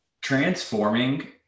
Transforming